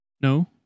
No